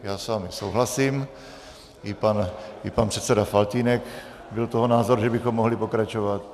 Já s vámi souhlasím, i pan předseda Faltýnek byl toho názoru, že bychom mohli pokračovat.